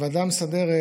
לוועדה המסדרת